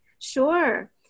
Sure